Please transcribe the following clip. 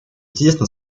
тесно